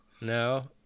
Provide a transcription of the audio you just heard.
no